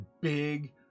big